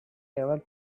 tailor